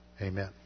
amen